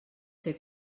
ser